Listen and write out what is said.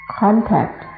contact